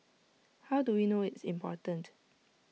how do we know it's important